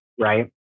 right